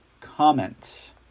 comment